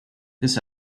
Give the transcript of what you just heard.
this